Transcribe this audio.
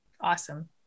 Awesome